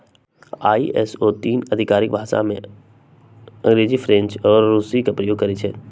ISO तीन आधिकारिक भाषामें अंग्रेजी, फ्रेंच आऽ रूसी के प्रयोग करइ छै